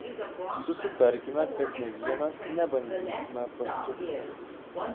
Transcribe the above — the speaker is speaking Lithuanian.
susitarkime kad nė vienas nebandysime pastukinti